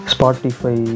Spotify